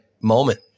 moment